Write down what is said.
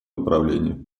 направлении